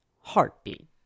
heartbeat